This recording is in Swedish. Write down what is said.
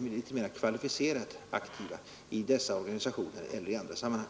litet mera kvalificerat aktiva i dessa organisationer eller i andra sammanhang.